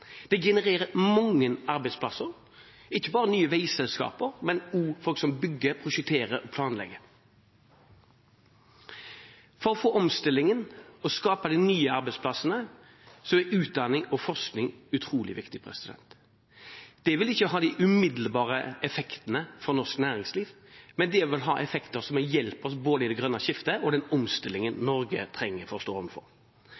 Det genererer mange arbeidsplasser, ikke bare i nye veiselskaper, men også for folk som bygger, prosjekterer og planlegger. For å få til omstillingen og skape nye arbeidsplasser er utdanning og forskning utrolig viktig. Det vil ikke ha de umiddelbare effektene for norsk næringsliv, men det vil ha effekter som hjelper oss både i det grønne skiftet og i den omstillingen Norge trenger og står overfor. Det som umiddelbart har en effekt, er det regjeringen gjør for